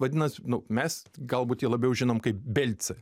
vadinasi nu mes galbūt jį labiau žinom kaip belcį